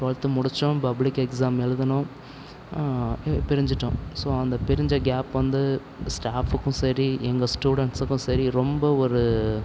twelfth முடித்தோம் public exam எழுதினோம் பிரிஞ்சுட்டோம் ஸோ அந்த பிரிஞ்ச கேப் வந்து ஸ்டாஃப்புக்கும் சரி எங்கள் ஸ்டுடண்ஸுக்கும் சரி ரொம்ப ஒரு